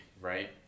right